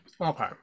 Okay